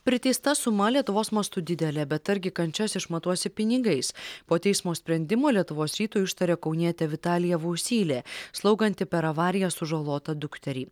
priteista suma lietuvos mastu didelė bet argi kančias išmatuosi pinigais po teismo sprendimo lietuvos rytui ištarė kaunietė vitalija vosylė slauganti per avariją sužalotą dukterį